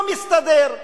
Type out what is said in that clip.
לא מסתדר.